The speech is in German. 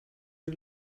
den